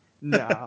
No